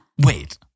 Wait